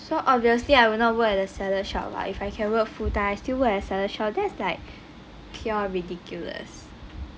so obviously I will not work at the salad shop lah if I can work full time I still work at the salad shop that's like pure ridiculous